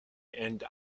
and